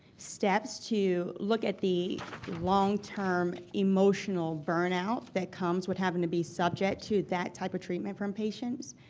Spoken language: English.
steps to look at the long term emotional burnout that comes with having to be subject to that type of treatment from patients.